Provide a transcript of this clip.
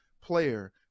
player